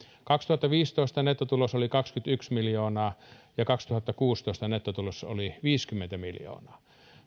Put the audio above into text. kaksituhattaviisitoista nettotulos oli kaksikymmentäyksi miljoonaa ja kaksituhattakuusitoista nettotulos oli viisikymmentä miljoonaa